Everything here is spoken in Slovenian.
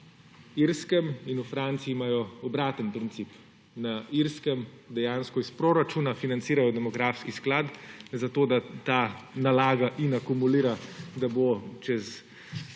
Irskem in v Franciji imajo obraten princip. Na Irskem dejansko iz proračuna financirajo demografski sklad, zato da ta nalaga in akumulira, da bo čez